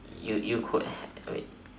you you could had wait